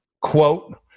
quote